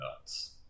nuts